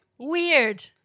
weird